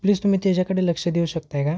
please तुम्ही त्याच्याकडे लक्ष देऊ शकता का